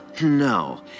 no